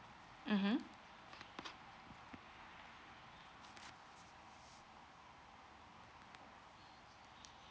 mmhmm